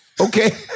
Okay